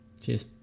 Cheers